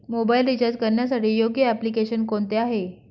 Mobile recharge करण्यासाठी योग्य application कोणते आहे?